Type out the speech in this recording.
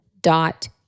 dot